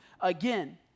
again